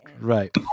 right